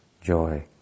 joy